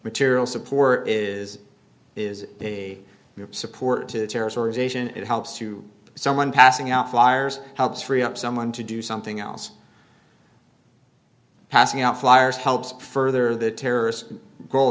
material support is is a support to terrorist organization it helps to someone passing out flyers helps free up someone to do something else passing out flyers helps further the terrorist go